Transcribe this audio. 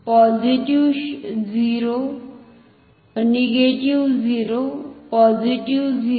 positive 0 negative 0 positive 0